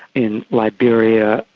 in liberia,